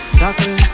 Chocolate